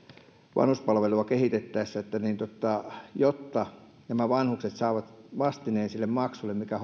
vanhuspalvelua kehitettäessä jotta nämä vanhukset saavat vastineen sille maksulle mikä